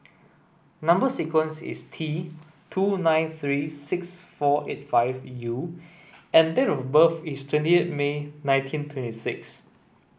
number sequence is T two nine three six four eight five U and date of birth is twenty eight May nineteen twenty six